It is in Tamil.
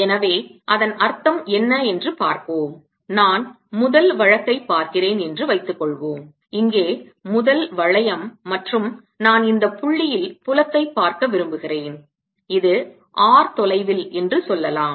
எனவே அதன் அர்த்தம் என்ன என்று பார்ப்போம் நான் முதல் வழக்கைப் பார்க்கிறேன் என்று வைத்துக்கொள்வோம் இங்கே முதல் வளையம் மற்றும் நான் இந்த புள்ளியில் புலத்தை பார்க்க விரும்புகிறேன் இது r தொலைவில் என்று சொல்லலாம்